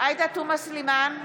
עאידה תומא סלימאן,